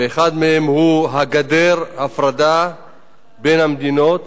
ואחת מהדרכים היא גדר ההפרדה בין המדינות,